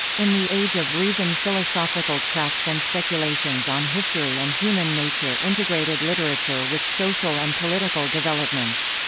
in the age of reason philosophical tracts and speculations on history and human nature integrated literature with social and political developments.